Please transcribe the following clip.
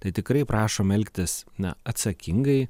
tai tikrai prašom elgtis na atsakingai